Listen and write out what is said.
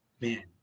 man